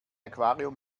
aquarium